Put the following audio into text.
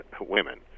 women